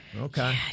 Okay